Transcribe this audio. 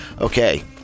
Okay